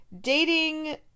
dating